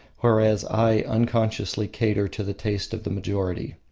whereas i unconsciously cater to the taste of the majority.